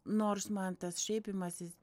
nors man tas šaipymasis